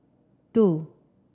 two